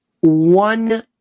one